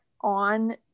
on